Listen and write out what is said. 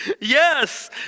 Yes